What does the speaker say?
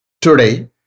Today